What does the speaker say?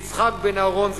יצחק בן-אהרון,